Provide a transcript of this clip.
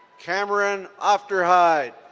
cameron ofterhide.